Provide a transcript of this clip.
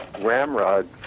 Ramrod